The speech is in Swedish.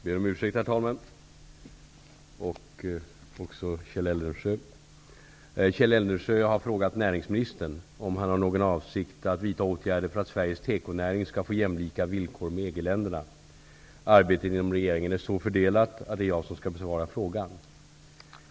Herr talman! Kjell Eldensjö har frågat näringsministern om han har någon avsikt att vidta åtgärder för att Sveriges tekonäring skall få jämlika villkor med EG-länderna. Arbetet inom regeringen är så fördelat att det är jag som skall besvara frågan.